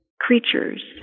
creatures